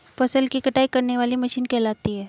फसल की कटाई करने वाली मशीन कहलाती है?